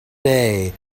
day